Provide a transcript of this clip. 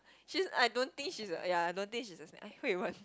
she's I don't think she's a ya I don't think she's a snake Hui-Wen